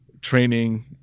Training